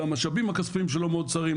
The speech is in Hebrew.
והמשאבים הכספיים שלו מאוד צרים,